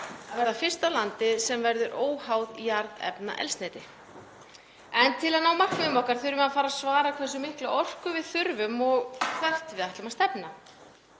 að verða fyrsta landið sem verður óháð jarðefnaeldsneyti. En til að ná markmiðum okkar þurfum við að fara svara hversu mikla orku við þurfum og hvert við ætlum að stefna.